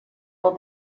will